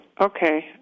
Okay